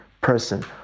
person